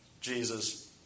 Jesus